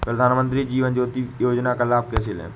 प्रधानमंत्री जीवन ज्योति योजना का लाभ कैसे लें?